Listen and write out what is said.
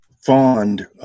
fond